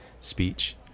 speech